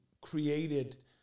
created